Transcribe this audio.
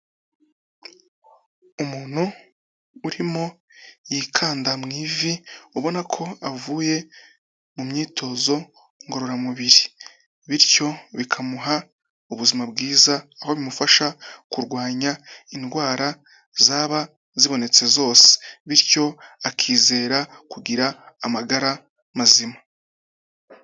Umuntu urimo yikanda mu ivi, ubona ko avuye mu myitozo ngororamubiri. Bityo bikamuha ubuzima bwiza, aho bimufasha kurwanya indwara zaba zibonetse zose, bityo akizera kugira amagara mazima.